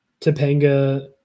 Topanga